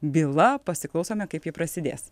byla pasiklausome kaip ji prasidės